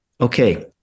okay